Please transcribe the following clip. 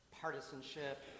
partisanship